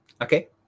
Okay